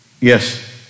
Yes